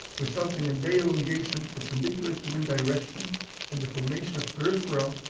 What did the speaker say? resulting in bay elongation perpendicular to wind direction and the formation of peripheral,